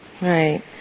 right